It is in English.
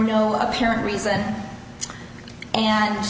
no apparent reason and